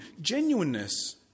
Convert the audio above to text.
genuineness